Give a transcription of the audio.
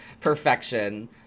Perfection